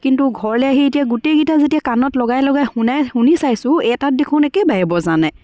কিন্তু ঘৰলৈ আহি এতিয়া গোটেইকেইটা যেতিয়া কাণত লগাই লগাই শুনাই শুনি চাইছোঁ এটাত দেখোন একেবাৰে বজা নাই